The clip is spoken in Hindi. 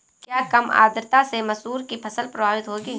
क्या कम आर्द्रता से मसूर की फसल प्रभावित होगी?